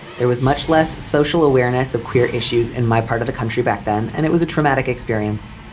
there was much less social awareness of queer issues in my part of the country back then, and it was a traumatic experience.